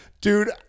dude